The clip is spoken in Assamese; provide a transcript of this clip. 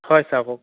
হয় ছাৰ কওক